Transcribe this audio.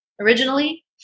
originally